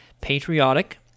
patriotic